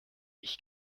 ich